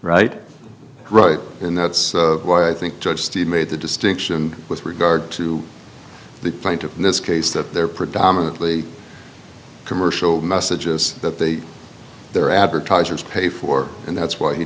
right right and that's why i think judge steve made the distinction with regard to the plaintiff in this case that they're predominantly commercial messages that the their advertisers pay for and that's why he